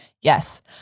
Yes